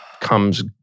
comes